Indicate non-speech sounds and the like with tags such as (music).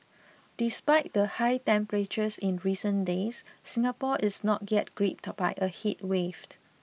despite the high temperatures in recent days Singapore is not yet gripped by a (unintelligible)